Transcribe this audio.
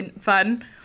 fun